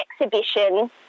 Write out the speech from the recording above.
exhibition